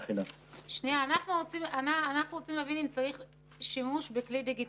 אנחנו צריכים להבין אם יש צורך בשימוש בכלי דיגיטלי.